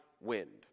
wind